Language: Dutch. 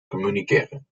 communiceren